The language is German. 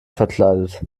verkleidet